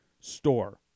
Store